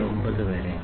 49 വരെയാണ്